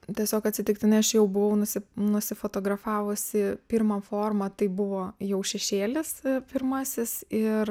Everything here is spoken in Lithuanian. tiesiog atsitiktinai aš jau buvau nusi nusifotografavusi pirmą formą tai buvo jau šešėlis pirmasis ir